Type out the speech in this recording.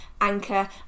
Anchor